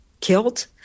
killed